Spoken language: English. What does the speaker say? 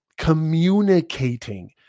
communicating